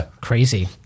crazy